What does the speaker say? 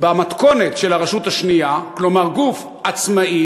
במתכונת של הרשות השנייה, כלומר גוף עצמאי,